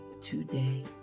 today